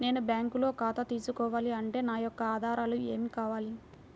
నేను బ్యాంకులో ఖాతా తీసుకోవాలి అంటే నా యొక్క ఆధారాలు ఏమి కావాలి?